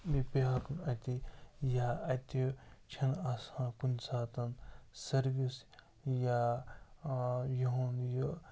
بیٚیہِ بیٛاکھ اَتہِ یا اَتہِ چھَنہٕ آسان کُنہِ ساتہٕ سٔروِس یا یُہُنٛد یہِ